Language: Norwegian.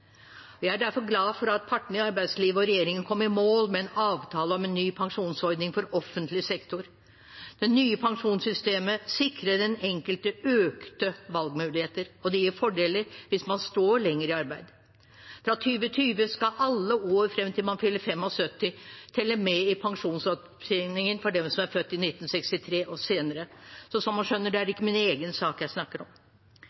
Jeg er derfor glad for at partene i arbeidslivet og regjeringen kom i mål med en avtale om en ny pensjonsordning for offentlig sektor. Det nye pensjonssystemet sikrer den enkelte økte valgmuligheter, og det gir fordeler hvis man står lenger i arbeid. Fra 2020 skal alle år frem til man fyller 75 år, telle med i pensjonsopptjeningen for dem som er født i 1963 og senere. Som man skjønner, er det ikke min egen sak jeg snakker om. Regjeringens arbeidslivspolitikk inkluderer flere mennesker i